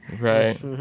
Right